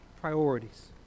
priorities